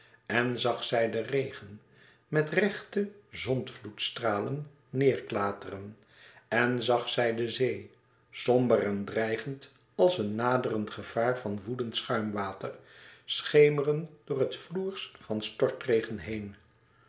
en zag zij den regen met rechte zondvloedstralen neêrklateren en zag zij de zee somber en dreigend als een naderend gevaar van woedend schuimwater schemeren door het floers van stortregen heen